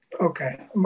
Okay